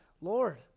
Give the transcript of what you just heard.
Lord